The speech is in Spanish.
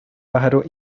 pájaro